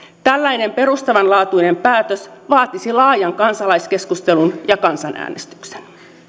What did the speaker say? tällainen perustavanlaatuinen päätös vaatisi laajan kansalaiskeskustelun ja kansanäänestyksen